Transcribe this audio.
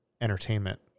entertainment